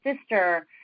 sister